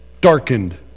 Darkened